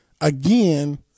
again